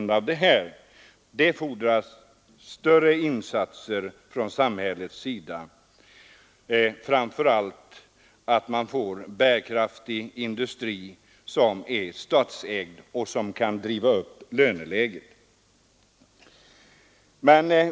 Det fordras större insatser från samhällets sida, framför allt att man får en bärkraftig statsägd industri som kan bidra till att driva upp löneläget.